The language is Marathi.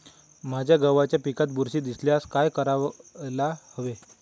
माझ्या गव्हाच्या पिकात बुरशी दिसल्यास काय करायला हवे?